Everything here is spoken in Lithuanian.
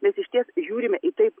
mes išties žiūrime į taip